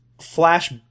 flash